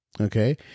okay